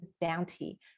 bounty